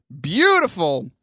beautiful